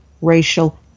racial